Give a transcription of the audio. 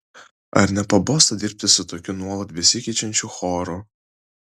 ar nepabosta dirbti su tokiu nuolat besikeičiančiu choru